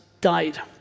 died